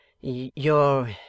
Your